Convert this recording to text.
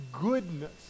goodness